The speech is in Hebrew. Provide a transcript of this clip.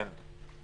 כן.